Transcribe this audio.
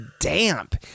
damp